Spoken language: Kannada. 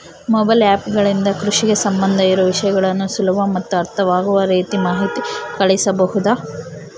ಮೊಬೈಲ್ ಆ್ಯಪ್ ಗಳಿಂದ ಕೃಷಿಗೆ ಸಂಬಂಧ ಇರೊ ವಿಷಯಗಳನ್ನು ಸುಲಭ ಮತ್ತು ಅರ್ಥವಾಗುವ ರೇತಿ ಮಾಹಿತಿ ಕಳಿಸಬಹುದಾ?